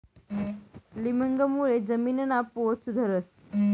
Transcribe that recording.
लिमिंगमुळे जमीनना पोत सुधरस